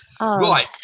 Right